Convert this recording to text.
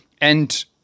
And-